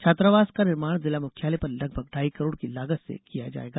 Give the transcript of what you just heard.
छात्रवास का निर्माण जिला मुख्यालय पर लगभग ढाई करोड़ की लागत से किया जाएगा